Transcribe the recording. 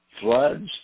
floods